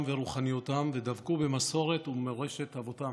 ורוחניותם ודבקו במסורת ובמורשת אבותיהם.